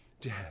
Dad